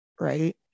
right